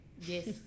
Yes